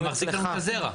אז אתה מחזיק לנו את הזרע.